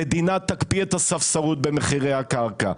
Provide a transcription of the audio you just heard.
המדינה תקפיא את הספסרות במחירי הקרקע,